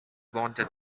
wanted